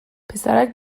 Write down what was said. پسرک